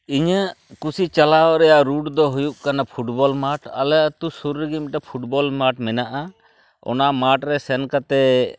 ᱤᱧᱟᱹᱜ ᱠᱩᱥᱤ ᱪᱟᱞᱟᱣ ᱨᱮᱭᱟᱜ ᱨᱩᱴ ᱫᱚ ᱦᱩᱭᱩᱜ ᱠᱟᱱᱟ ᱯᱷᱩᱴᱵᱚᱞ ᱢᱟᱴᱷ ᱟᱞᱮ ᱟᱹᱛᱩ ᱥᱩᱨ ᱨᱮᱜᱮ ᱢᱤᱫᱴᱮᱱ ᱯᱷᱩᱴᱵᱚᱞ ᱢᱟᱴᱷ ᱢᱮᱱᱟᱜᱼᱟ ᱚᱱᱟ ᱢᱟᱴᱷᱨᱮ ᱥᱮᱱ ᱠᱟᱛᱮᱫ